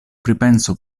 pripenso